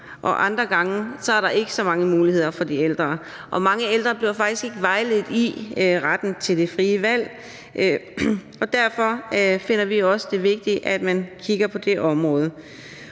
men andre steder er der ikke så mange muligheder for dem. Mange ældre bliver faktisk ikke vejledt i retten til det frie valg, og derfor finder vi også, at det er vigtigt, at man kigger på det område.